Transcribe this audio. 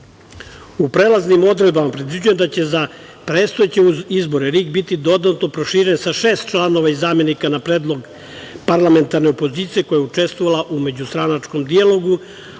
prelaznim odredbama predviđeno je da će za predstojeće izbore RIK biti dodatno proširen sa šest članova i zamenika na predlog parlamentarne opozicije koja je učestvovala u međustranačkom dijalogu,